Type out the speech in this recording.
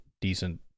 decent